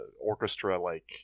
orchestra-like